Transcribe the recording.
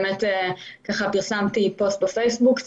פרסמתי פוסט בפייסבוק,